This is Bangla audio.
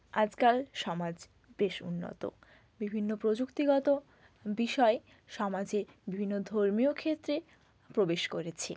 আজকাল সমাজ বেশ উন্নত বিভিন্ন প্রযুক্তিগত বিষয় সমাজে বিভিন্ন ধর্মীয় ক্ষেত্রে প্রবেশ করেছে